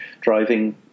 driving